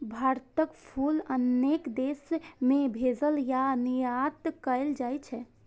भारतक फूल अनेक देश मे भेजल या निर्यात कैल जाइ छै